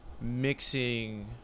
mixing